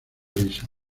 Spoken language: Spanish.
lisa